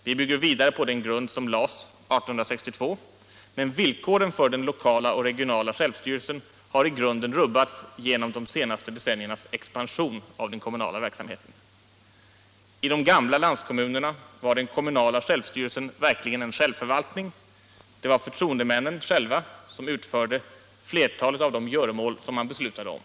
Vi bygger vidare på den grund som lades 1862, men villkoren för den lokala och regionala självstyrelsen har i grunden rubbats genom de senaste decenniernas expansion av den kommunala verksamheten. I de gamla landskommunerna var den kommunala självstyrelsen verkligen en självförvaltning — det var förtroendemännen själva som utförde flertalet av de göromål man beslutade om.